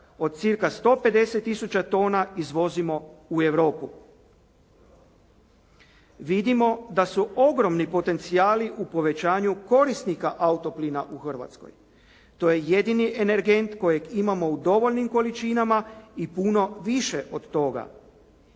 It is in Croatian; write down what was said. od cca 150 tisuća tona izvozimo u Europu. Vidimo da su ogromni potencijali u povećanju korisnika autoplina u Hrvatskoj. To je jedini energent kojeg imamo u dovoljnim količinama i puno više od toga,